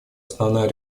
основная